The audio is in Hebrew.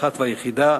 האחת והיחידה,